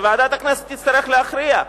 וועדת הכנסת תצטרך להכריע.